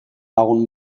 lagun